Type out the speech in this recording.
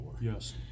Yes